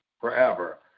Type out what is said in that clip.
forever